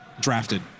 drafted